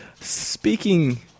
Speaking